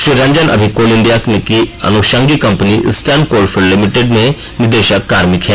Shri Ranjan Ami coal India की अनुषंगी company eastern coalfield limited में निदेशक कार्मिक हैं